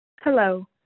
Hello